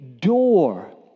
door